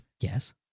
Yes